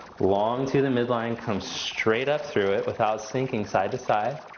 long through the midline come straight up through it without sinking side to side.